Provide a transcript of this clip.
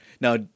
Now